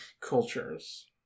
cultures